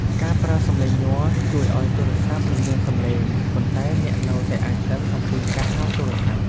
ការប្រើ “សំឡេងញ័រ” ជួយឲ្យទូរស័ព្ទមិនមានសំឡេង ប៉ុន្តែអ្នកនៅតែអាចដឹងអំពីការហៅទូរស័ព្ទ។